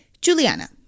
Juliana